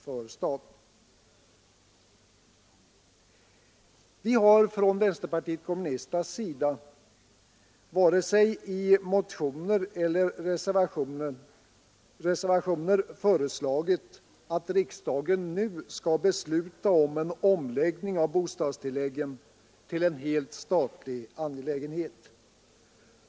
Från vpk:s sida har vi varken i motioner eller i reservationer föreslagit att riksdagen nu skall besluta om en omläggning av bostadstilläggen till en helt statlig angelägenhet.